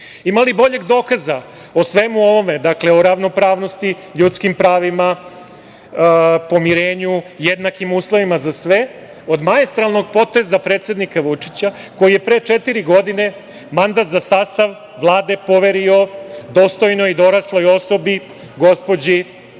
Ima li boljeg dokaza o svemu ovome, dakle, o ravnopravnosti ljudskim pravima, pomirenju, jednakim uslovima za sve, od maestralnog poteza predsednika Vučića koji je pre četiri godine mandat za sastav Vlade poverio dostojnoj i dorasloj osobi, gospođi Ani